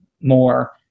more